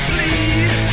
Please